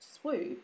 swoop